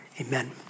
Amen